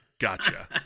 Gotcha